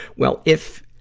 well if,